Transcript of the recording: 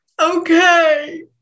okay